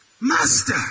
Master